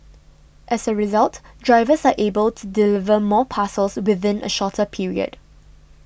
as a result drivers are able to deliver more parcels within a shorter period